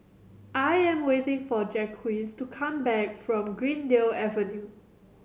I am waiting for Jacquez to come back from Greendale Avenue